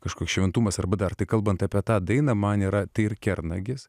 kažkoks šventumas arba dar tai kalbant apie tą dainą man yra tai ir kernagis